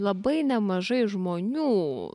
labai nemažai žmonių